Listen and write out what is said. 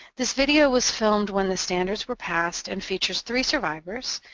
this video was filmed when the standards were passed and features three survivors,